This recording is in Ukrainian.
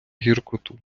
гіркоту